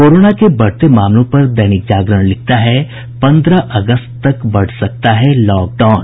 corona के बढ़ते मामलों पर दैनिक जागरण लिखता है पन्द्रह अगस्त तक बढ़ सकता है लॉकडाउन